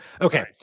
okay